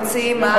למציעים.